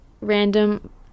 random